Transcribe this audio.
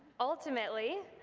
ultimately,